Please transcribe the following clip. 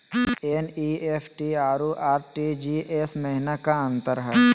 NEFT अरु RTGS महिना का अंतर हई?